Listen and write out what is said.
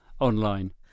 online